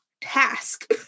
task